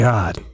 God